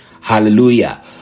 Hallelujah